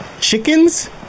Chickens